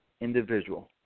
individual